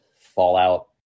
Fallout